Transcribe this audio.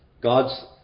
God's